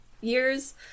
years